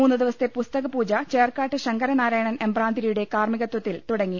മൂന്നു ദിവസത്തെ പുസ്തക പൂജ ചേർക്കാട്ട് ശങ്കരനാരായണൻ എമ്പ്രാന്തിരിയുടെ കാർമ്മികത്തിൽ തുടങ്ങി